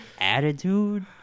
attitude